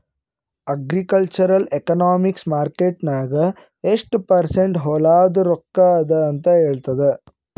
agricultural economics market ನಾಗ್ ಎಷ್ಟ percent ಹೊಲಾದು ರೊಕ್ಕಾ ಅದ ಅಂತ ಹೇಳ್ತದ್